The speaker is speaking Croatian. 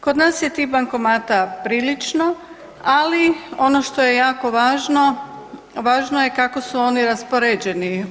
Kod nas je tih bankomata prilično, ali ono što je jako važno važno je kako su oni raspoređeni.